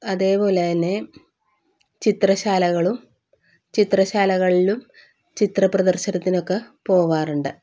അതേപോലെതന്നെ ചിത്രശാലകളും ചിത്രശാലകളിലും ചിത്ര പ്രദർശനത്തിനൊക്കെ പോവാറുണ്ട്